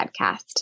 Podcast